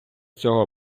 цього